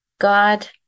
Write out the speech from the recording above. God